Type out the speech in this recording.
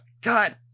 God